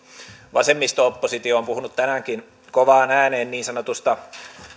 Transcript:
vasemmisto oppositio on puhunut tänäänkin kovaan ääneen niin sanotusta